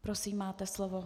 Prosím, máte slovo.